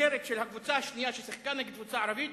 הכותרת של הקבוצה השנייה ששיחקה נגד קבוצה ערבית,